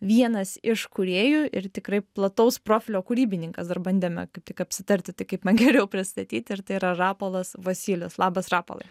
vienas iš kūrėjų ir tikrai plataus profilio kūrybininkas dar bandėme kaip tik apsitarti tai kaip man geriau pristatyti ir tai yra rapolas vosylius labas rapolai